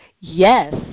Yes